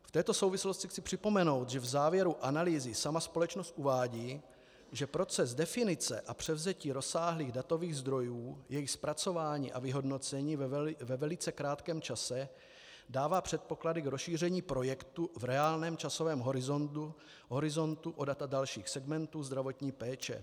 V této souvislosti chci připomenout, že v závěru analýzy sama společnost uvádí, že proces definice a převzetí rozsáhlých datových zdrojů, jejich zpracování a vyhodnocení ve velice krátkém čase dává předpoklady k rozšíření projektu v reálném časovém horizontu o data dalších segmentů zdravotní péče.